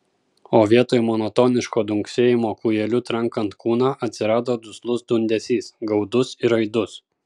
o vietoj monotoniško dunksėjimo kūjeliu trankant kūną atsirado duslus dundesys gaudus ir aidus